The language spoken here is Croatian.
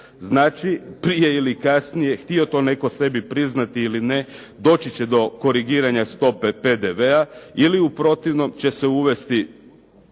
Znači prije ili kasnije htio to sebi netko priznati ili ne, doći će do korigiranja stope PDV-a ili u protivnom će se uvesti